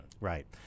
right